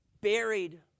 buried